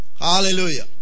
Hallelujah